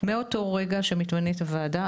מאותו רגע שמתמנת הוועדה,